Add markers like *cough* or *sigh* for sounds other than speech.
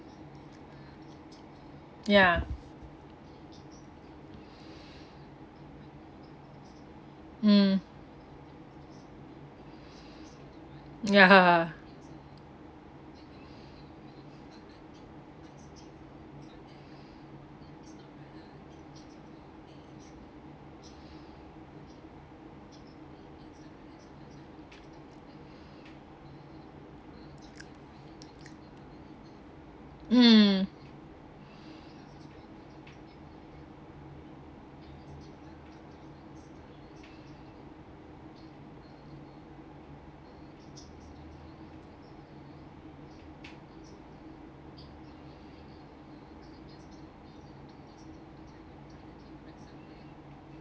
ya mm yeah mm *breath*